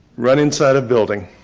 run inside a building.